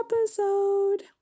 episode